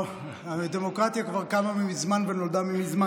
לא, הדמוקרטיה כבר קמה מזמן ונולדה מזמן.